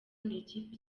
n’ikipe